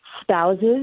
spouses